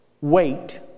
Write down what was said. wait